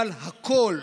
אבל הכול.